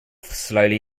slowly